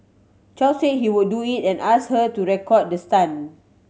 Chow say he would do it and ask her to record the stunt